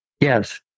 Yes